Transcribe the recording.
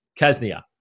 Kaznia